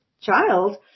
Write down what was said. child